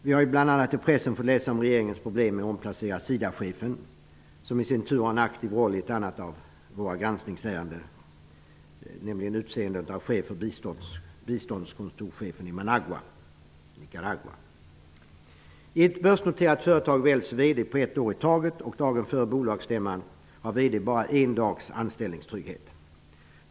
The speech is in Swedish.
Vi har i pressen bl.a. kunnat läsa om regeringens problem med omplaceringen av SIDA-chefen, som i sin tur spelar en aktiv roll i ett annat av våra granskningsärenden, nämligen när det gäller att utse biståndskontorschef i Managua i Nicaragua. I ett börsnoterat företag väljs VD på ett år i taget, och dagen före bolagsstämmman har VD bara en dags anställningstrygghet.